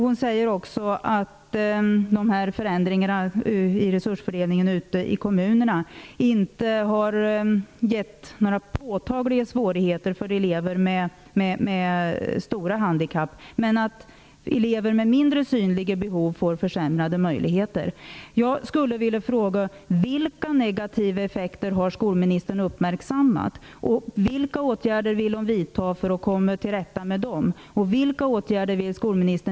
Hon säger också att förändringarna i kommunernas resursfördelning inte har medfört några påtagliga svårigheter för elever med stora handikapp men att elever med mindre synliga behov får försämrade möjligheter.